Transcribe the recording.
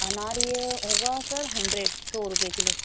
انار یہ ہوگا سر ہنڈریڈ سو روپئے کلو